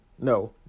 no